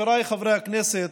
חבריי חברי הכנסת,